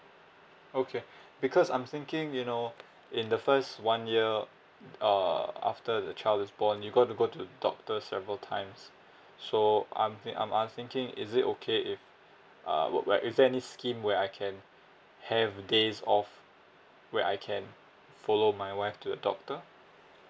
okay because I'm thinking you know in the first one year uh after the child is born you going to go to the doctor several times so I'm think~ I'm I'm thinking is it okay if uh work right is there any scheme where I can have days off where I can follow my wife to the doctor